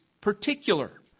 particular